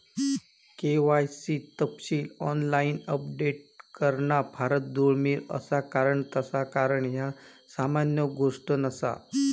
KYC तपशील online update करणा फारच दुर्मिळ असा कारण तस करणा ह्या सामान्य गोष्ट नसा